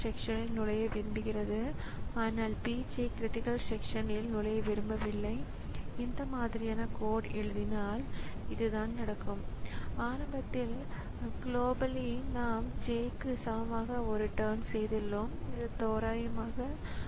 இதேபோல் இரண்டாம்நிலை சேமிப்பகத்திலிருந்து பிரதான நினைவகத்திற்கு அல்லது ப்ராஸஸருக்கு சில டேட்டாவை மாற்ற வேண்டியிருக்கும் போது பெரும்பாலான நேரங்களில் இரண்டாம் நிலை சேமிப்பகமும் ஒரு மின் இயந்திர சாதனமாகும்